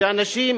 שאנשים